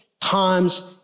times